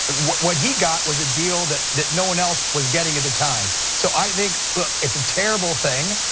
but what what he got was a deal that that no one else was getting at the time. so i think, look, it's a terrible thing.